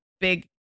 big